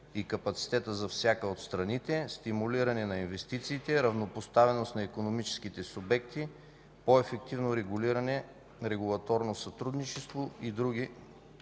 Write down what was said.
и капацитета за всяка от страните; стимулиране на инвестициите, равнопоставеност на икономическите субекти, по-ефективно регулаторното сътрудничество и други.